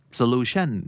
solution